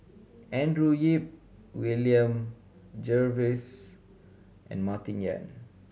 Andrew Yip William Jervois and Martin Yan